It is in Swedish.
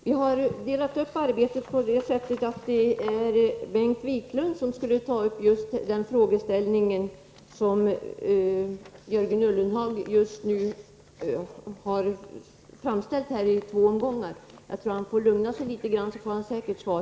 Herr talman! Vi har delat upp arbetet på det sättet att det är Bengt Wiklund som skall ta upp den frågeställning som Jörgen Ullenhag har aktualiserat i två omgångar. Om han lugnar sig litet får han säkert svar.